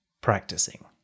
practicing